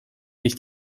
nicht